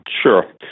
Sure